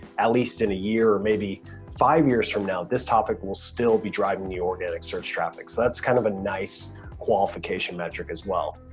at least in a year or maybe five years from now, this topic will still be driving the organic search traffic. so that's kind of a nice qualification metric as well.